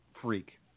freak